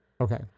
Okay